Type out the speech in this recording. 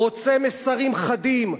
רוצה מסרים חדים,